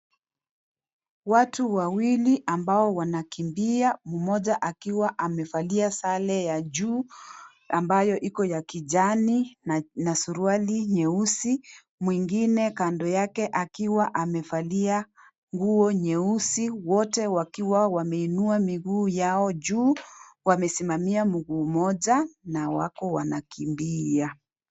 Watu wawili ambao wanakimbia. Mmoja akiwa amevalia sare ya juu ambayo iko ya kijani na suruali nyeusi. Mwingine kando yake akiwa amevalia nguo nyeusi. Wote wakiwa wameinua miguu yao juu, wamesimamia mguu moja na wako wanakimbia.